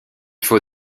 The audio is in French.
faut